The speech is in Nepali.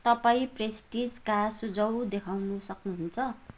तपाईँ पेस्ट्रिजका सुझाव देखाउन सक्नुहुन्छ